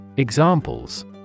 Examples